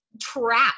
trap